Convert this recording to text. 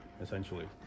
essentially